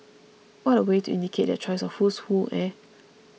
what a way to indicate their choice of who's who eh